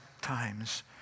times